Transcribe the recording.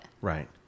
Right